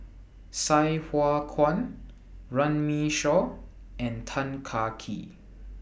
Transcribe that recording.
Sai Hua Kuan Runme Shaw and Tan Kah Kee